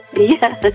Yes